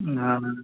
हँ